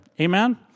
Amen